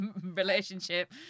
relationship